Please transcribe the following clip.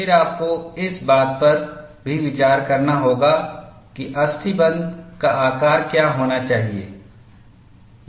फिर आपको इस बात पर भी विचार करना होगा कि अस्थिबंध का आकार क्या होना चाहिए